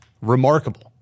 remarkable